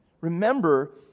remember